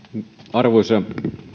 arvoisa